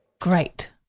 Great